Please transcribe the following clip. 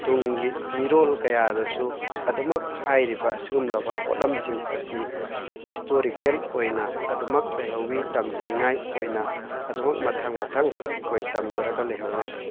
ꯇꯨꯡꯒꯤ ꯃꯤꯔꯣꯜ ꯀꯌꯥꯗꯁꯨ ꯑꯗꯨꯝꯃꯛ ꯍꯥꯏꯔꯤꯕ ꯑꯁꯤꯒꯨꯝꯂꯕ ꯄꯣꯠꯂꯝꯁꯤꯡ ꯑꯁꯤ ꯍꯤꯁꯇꯣꯔꯤꯀꯦꯜ ꯑꯣꯏꯅ ꯑꯗꯨꯝꯃꯛ ꯂꯩꯍꯧꯋꯤ ꯇꯝꯖꯅꯤꯡꯉꯥꯏ ꯑꯣꯏꯅ ꯑꯗꯨꯝꯃꯛ ꯃꯊꯪ ꯃꯊꯪ ꯑꯩꯈꯣꯏ ꯇꯝꯖꯔꯒ ꯂꯩꯍꯧꯔꯤ